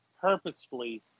purposefully